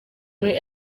muri